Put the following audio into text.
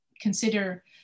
consider